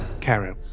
carol